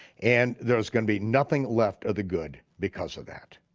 and there's gonna be nothing left of the good because of that.